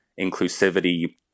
inclusivity